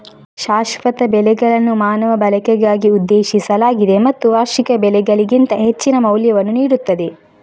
ಶಾಶ್ವತ ಬೆಳೆಗಳನ್ನು ಮಾನವ ಬಳಕೆಗಾಗಿ ಉದ್ದೇಶಿಸಲಾಗಿದೆ ಮತ್ತು ವಾರ್ಷಿಕ ಬೆಳೆಗಳಿಗಿಂತ ಹೆಚ್ಚಿನ ಮೌಲ್ಯವನ್ನು ನೀಡುತ್ತದೆ